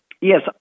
Yes